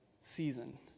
season